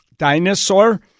dinosaur